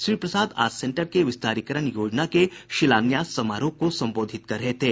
श्री प्रसाद आज सेंटर के विस्तारीकरण योजना के शिलान्यास समारोह को संबोधित कर रहे थे